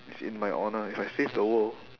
it's in my honour if I save the world